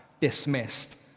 dismissed